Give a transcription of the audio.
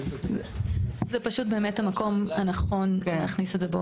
זה פשוט באמת המקום הנכון להכניס את זה.